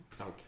Okay